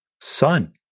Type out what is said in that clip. Son